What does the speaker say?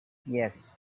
yes